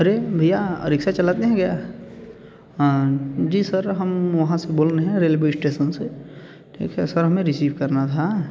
अरे भईया रिक्सा चलाते हैं क्या जी सर हम वहाँ से बोल रहे हैं रेलवे इस्टेसन से ठीक है सर हमें रिसीव करना था